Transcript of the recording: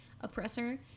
oppressor